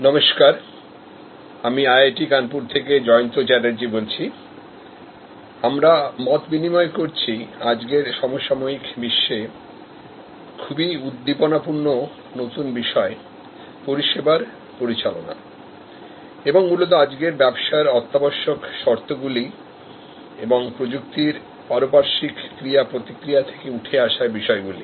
নমস্কার আমি IIT কানপুর থেকে জয়ন্ত চ্যাটার্জি বলছি আমরা মত বিনিময় করছি আজকের সমসাময়িক বিশ্বে খুবই উদ্দীপনা পূর্ণ নতুন বিষয় পরিষেবার পরিচালনা এবংমূলত আজকের ব্যবসার শর্তগুলি এবং টেকনোলজিরআদান প্রদান থেকে উঠে আসা বিষয়গুলি